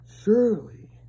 Surely